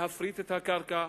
להפריט את הקרקע,